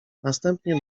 następnie